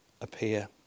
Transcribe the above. appear